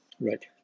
right